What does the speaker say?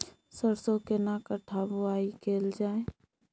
सरसो केना कट्ठा बुआई कैल जाय?